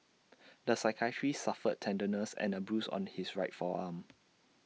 the psychiatrist suffered tenderness and A bruise on his right forearm